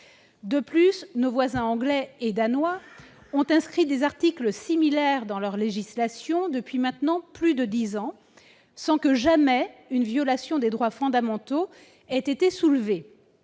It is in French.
De plus, nos voisins anglais et danois ont inscrit des articles similaires dans leur législation depuis maintenant plus de dix ans, sans que jamais une violation des droits fondamentaux ait été soulevée.